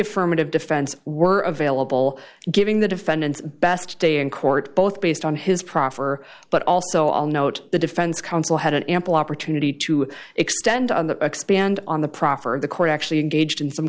affirmative defense were available giving the defendants best day in court both based on his proffer but also i'll note the defense counsel had an ample opportunity to extend on the expand on the proffer of the court actually engaged in some